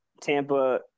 Tampa